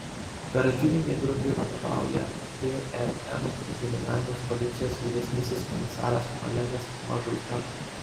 operatyvinei grupei vadovauja vrm kriminalinės policijos vyresnysis komisaras olegas mažuika